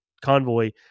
Convoy